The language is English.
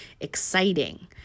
exciting